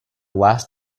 last